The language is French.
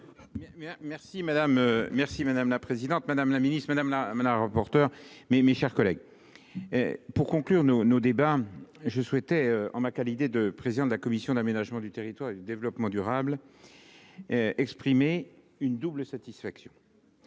Madame la présidente, madame la secrétaire d'État, mes chers collègues, pour conclure nos débats, je souhaitais, en ma qualité de président de la commission de l'aménagement du territoire et du développement durable, exprimer une double satisfaction